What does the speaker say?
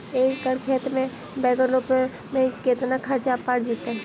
एक एकड़ खेत में बैंगन रोपे में केतना ख़र्चा पड़ जितै?